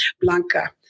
Blanca